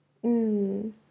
mm